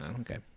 Okay